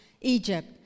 Egypt